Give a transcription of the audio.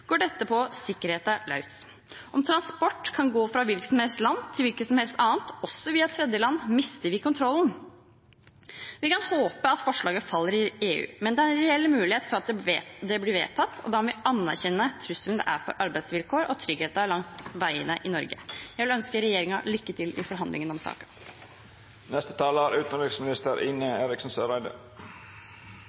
går det på sikkerheten løs. Om transport kan gå fra et hvilket som helst land til et hvilket som helst annet, også via tredjeland, mister vi kontrollen. Vi kan håpe at forslaget faller i EU, men det er en reell mulighet for at det blir vedtatt, og da må vi anerkjenne trusselen det er for arbeidsvilkår og tryggheten langs veiene i Norge. Jeg vil ønske regjeringen lykke til i forhandlingene om saken.